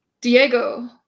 Diego